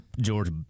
George